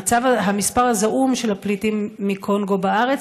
המספר הזעום של הפליטים מקונגו בארץ